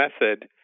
method